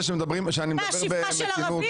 מה, שפחה של ערבים?